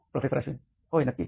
professor Ashwin होय नक्कीच